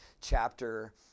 chapter